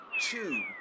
two